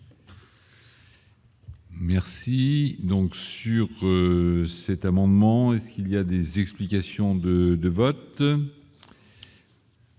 Merci donc sur cet amendement est-ce qu'il y a des explications de de